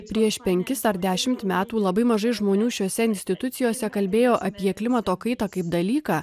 prieš penkis ar dešimt metų labai mažai žmonių šiose institucijose kalbėjo apie klimato kaitą kaip dalyką